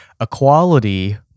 Equality